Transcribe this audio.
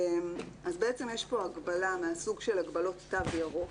אז יש פה הגבלה מהסוג של הגבלות תו ירוק